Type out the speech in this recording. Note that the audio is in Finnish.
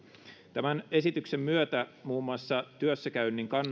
tämän esityksen myötä muun muassa työssäkäynnin